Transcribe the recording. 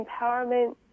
empowerment